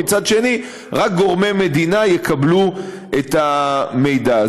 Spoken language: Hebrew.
ומצד שני רק גורמי מדינה יקבלו את המידע.